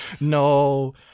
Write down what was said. no